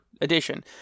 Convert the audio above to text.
edition